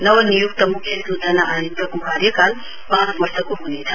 नव नियुक्त मुख्य सूचना आयुक्तको कार्यकाल पाँच वर्षको हनेछ